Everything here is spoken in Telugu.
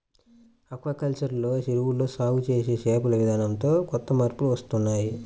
ఆక్వాకల్చర్ లో చెరువుల్లో సాగు చేసే చేపల విధానంతో కొత్త మార్పులు వస్తున్నాయ్